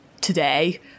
today